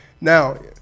now